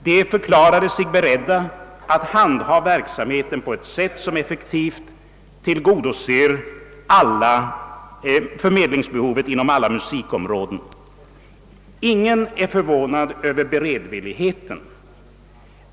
De förklarade sig beredda att handha verksamheten på ett sätt som effektivt tillgodoser förmedlingsbehovet inom alla musikområden». Ingen är förvånad över beredvilligheten.